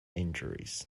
injuries